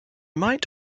might